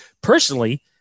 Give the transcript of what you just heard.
personally